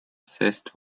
sest